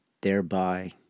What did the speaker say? thereby